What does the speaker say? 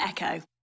Echo